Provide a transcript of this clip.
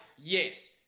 yes